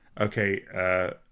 okay